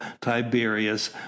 tiberius